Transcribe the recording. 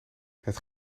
het